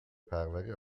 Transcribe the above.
پروری